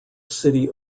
city